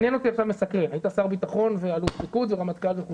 היית שר ביטחון ואלוף פיקוד ורמטכ"ל.